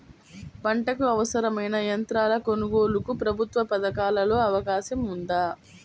పంటకు అవసరమైన యంత్రాల కొనగోలుకు ప్రభుత్వ పథకాలలో అవకాశం ఉందా?